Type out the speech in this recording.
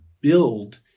build